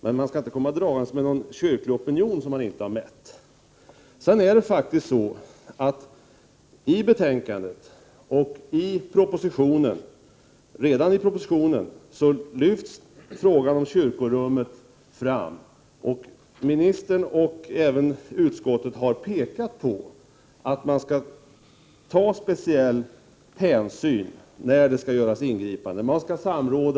Men man skall inte komma dragandes med någon slags kyrklig opinion som man inte har mätt. I betänkandet, och redan i propositionen, lyfts frågan om kyrkorummet fram. Justitieministern, och även utskottet, har påpekat att det skall tas speciell hänsyn när ett ingripande skall göras.